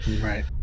right